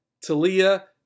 Talia